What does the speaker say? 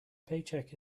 paycheck